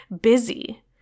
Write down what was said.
busy